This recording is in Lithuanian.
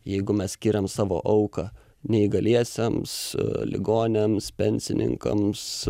jeigu mes skiriam savo auką neįgaliesiems ligoniams pensininkams